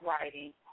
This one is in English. writing